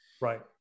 Right